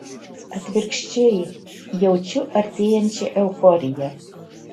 atvirkščiai jaučiu artėjančią euforiją